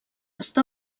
està